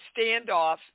standoff